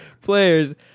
players